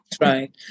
Right